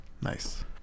Nice